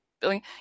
billion